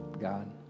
God